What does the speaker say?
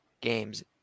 games